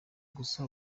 gusa